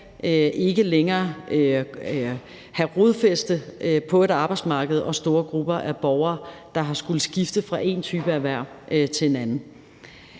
ikke længere have rodfæste på et arbejdsmarked og store grupper af borgere, der har skullet skifte fra én type erhverv til en anden.